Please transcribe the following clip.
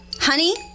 Honey